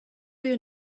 you